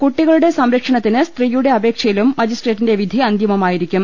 കുട്ടികളുടെ സംര ക്ഷണത്തിന് സ്ത്രീയുടെ അപേക്ഷയിലും മജിസ്ട്രേ റ്റിന്റെ വിധി അന്തിമമായിരിക്കും